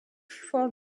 for